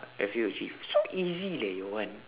have you achieved so easy leh your one